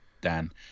Dan